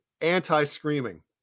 anti-screaming